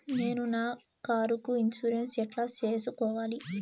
నేను నా కారుకు ఇన్సూరెన్సు ఎట్లా సేసుకోవాలి